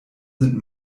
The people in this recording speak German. sind